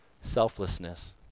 Selflessness